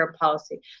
policy